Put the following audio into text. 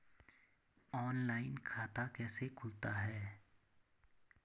Online खाता कैसे खुलता है?